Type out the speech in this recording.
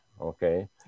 okay